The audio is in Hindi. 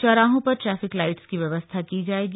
चौराहों पर ट्रैफिक लाइट्स की व्यवस्था की जाएगी